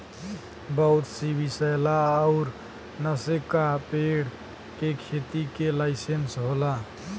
बहुत सी विसैला अउर नसे का पेड़ के खेती के लाइसेंस होला